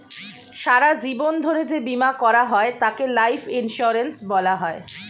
সারা জীবন ধরে যে বীমা করা হয় তাকে লাইফ ইন্স্যুরেন্স বলা হয়